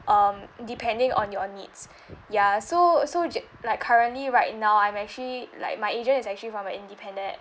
um depending on your needs ya so so ge~ like currently right now I'm actually like my agent is actually from a independent